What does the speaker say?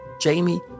Jamie